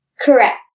Correct